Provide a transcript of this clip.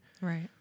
Right